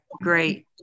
great